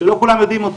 שלא כולם יודעים אותו.